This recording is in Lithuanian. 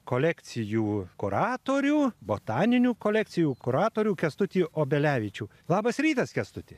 kolekcijų kuratorių botaninių kolekcijų kuratorių kęstutį obelevičių labas rytas kęstuti